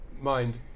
mind